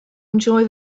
enjoy